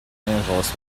angeles